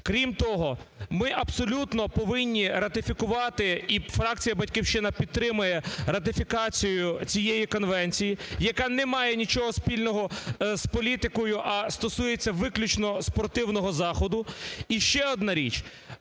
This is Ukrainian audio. Крім того, ми абсолютно повинні ратифікувати, і фракція "Батьківщина" підтримує ратифікацію цієї конвенції, яка не має нічого спільного з політикою, а стосується виключно спортивного заходу.